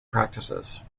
practices